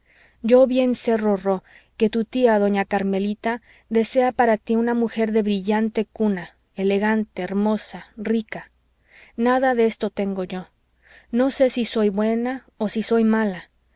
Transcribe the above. yo bien sé rorró que tu tía doña carmelita desea para tí una mujer de brillante cuna elegante hermosa rica nada de esto tengo yo no sé si soy buena o si soy mala